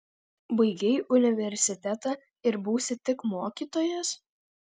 baigei universitetą ir būsi tik mokytojas